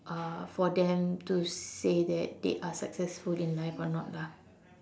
uh for them to say that they are successful in life or not lah